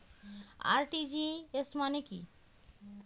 RTGS মানে কি?